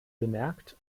bemerkt